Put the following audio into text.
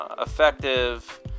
effective